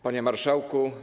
Panie Marszałku!